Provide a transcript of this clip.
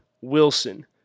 Wilson